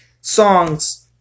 songs